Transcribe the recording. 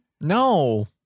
No